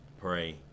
pray